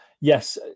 yes